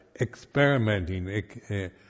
experimenting